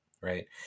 right